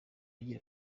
agira